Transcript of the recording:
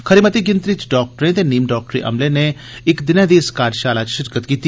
खरी मती गिनतरी च डाक्टरें ते नीम डाक्टरी अमले नै इक दिनै दी इस कार्यशालय च शिरकत कीती